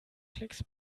klicks